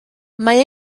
mae